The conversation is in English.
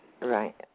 Right